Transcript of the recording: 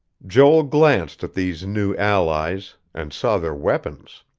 joel glanced at these new allies, and saw their weapons.